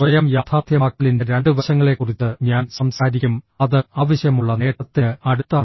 സ്വയം യാഥാർത്ഥ്യമാക്കലിന്റെ 2 വശങ്ങളെക്കുറിച്ച് ഞാൻ സംസാരിക്കും അത് ആവശ്യമുള്ള നേട്ടത്തിന് അടുത്താണ്